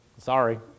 sorry